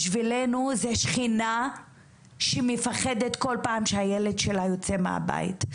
בשבילנו זה שכנה שמפחדת בכל פעם שהילד שלה יוצא מהבית.